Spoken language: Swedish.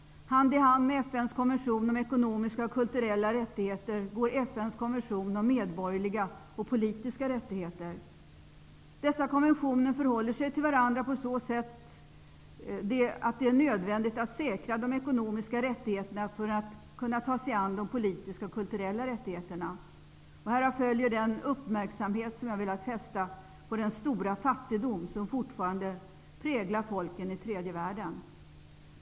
Hand i hand med FN:s konvention om ekonomiska och kulturella rättigheter går FN:s konvention om medborgerliga och politiska rättigheter. Dessa konventioner förhåller sig till varandra på så sätt att det är nödvändigt att säkra de ekonomiska rättigheterna för att kunna ta sig an de politiska och kulturella rättigheterna. Härav följer den uppmärksamhet som jag har velat fästa på den stora fattigdom som fortfarande präglar folken i tredje världen.